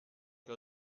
che